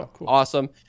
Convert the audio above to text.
Awesome